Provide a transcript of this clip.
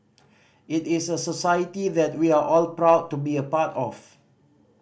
it is a society that we are all proud to be a part of